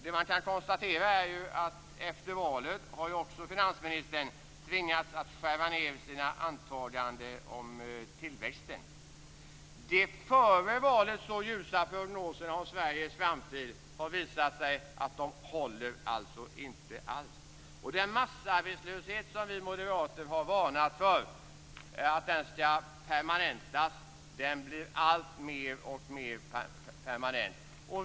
Det man kan konstatera är att finansministern efter valet har tvingats att skära ned sina antaganden om tillväxten. De före valet så ljusa prognoserna om Sveriges framtid har visat sig inte alls hålla. Den massarbetslöshet som vi moderater varnade för skulle komma att permanentas blir alltmer permanent.